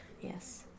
Yes